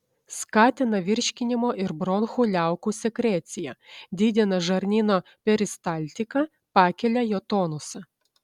skatina virškinimo ir bronchų liaukų sekreciją didina žarnyno peristaltiką pakelia jo tonusą